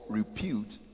repute